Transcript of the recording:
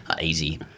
easy